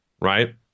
right